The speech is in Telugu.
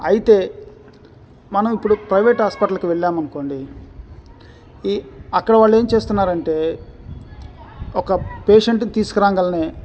అయితే మనం ఇప్పుడు ప్రైవేట్ హాస్పిటల్కి వెళ్ళాం అనుకోండి ఈ అక్కడ వాళ్ళు ఏమి చేస్తున్నారంటే ఒక పేషెంట్ని తీసుకురాగనే